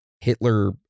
Hitler